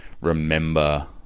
remember